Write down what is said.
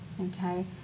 Okay